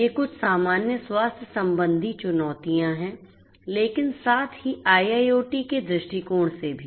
ये कुछ सामान्य स्वास्थ्य संबंधी चुनौतियाँ हैं लेकिन साथ ही IIoT के दृष्टिकोण से भी